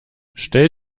stell